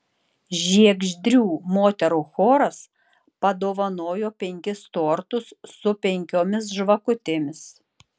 žiegždrių moterų choras padovanojo penkis tortus su penkiomis žvakutėmis